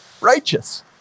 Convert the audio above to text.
Righteous